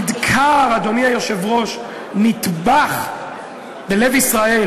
נדקר, אדוני היושב-ראש, נטבח בלב ישראל.